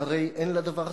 והרי אין לדבר סוף.